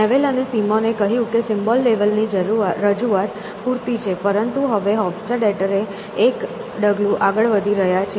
Newell અને સિમોને કહ્યું કે સિમ્બોલ લેવલની રજૂઆત પૂરતી છે પરંતુ હવે હોફ્સ્ટાડેટર એક ડગલું આગળ વધી રહ્યા છે